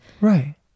Right